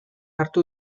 hartu